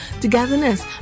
togetherness